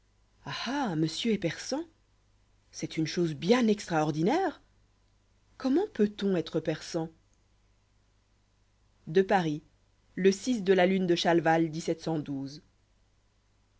monsieur est persan c'est une chose bien extraordinaire comment peut-on être persan à paris le de la lune de chalval